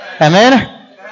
Amen